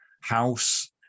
house